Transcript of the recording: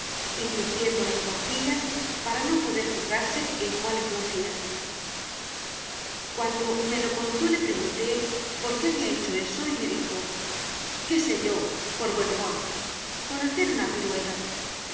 invirtiendo las cuartillas para no poder fijarse en cuáles lo hacía cuando me lo contó le pregunté por qué había hecho eso y me dijo qué sé yo por buen humor por hacer una pirueta